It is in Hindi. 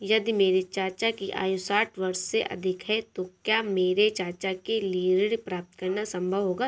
यदि मेरे चाचा की आयु साठ वर्ष से अधिक है तो क्या मेरे चाचा के लिए ऋण प्राप्त करना संभव होगा?